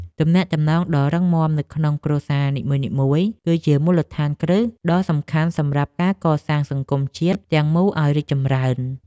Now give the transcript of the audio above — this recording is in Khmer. ទំនាក់ទំនងដ៏រឹងមាំនៅក្នុងគ្រួសារនីមួយៗ គឺជាមូលដ្ឋានគ្រឹះដ៏សំខាន់សម្រាប់ការកសាងសង្គមជាតិទាំងមូលឱ្យរីកចម្រើន។